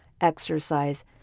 exercise